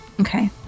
Okay